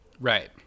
Right